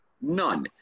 None